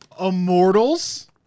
Immortals